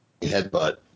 headbutt